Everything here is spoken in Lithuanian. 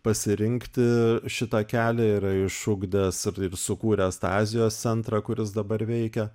pasirinkti šitą kelią yra išugdęs ir ir sukūręs tą azijos centrą kuris dabar veikia